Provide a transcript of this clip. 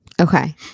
Okay